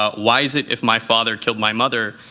ah why is it, if my father killed my mother,